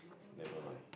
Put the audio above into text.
never mind